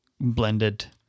blended